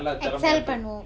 excel பண்ணுவோம்:pannuvom